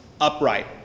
Upright